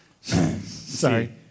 Sorry